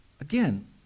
again